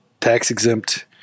tax-exempt